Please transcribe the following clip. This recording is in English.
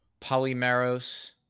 Polymeros